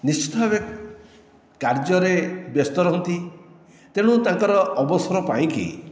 ନିଶ୍ଚିତ ଭାବେ କାର୍ଯ୍ୟରେ ବ୍ୟସ୍ତ ରୁହନ୍ତି ତେଣୁ ତାଙ୍କର ଅବସର ପାଇଁ